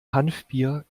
hanfbier